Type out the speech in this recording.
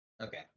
Okay